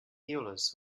healers